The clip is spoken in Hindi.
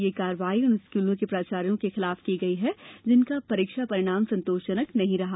यह कार्यवाही उन स्कूलों के प्राचार्यो के खिलाफ की गई है जिनका परीक्षा परिणाम संतोषजनक नहीं रहा